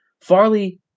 Farley